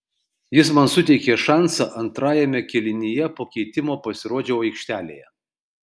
jis man suteikė šansą antrajame kėlinyje po keitimo pasirodžiau aikštėje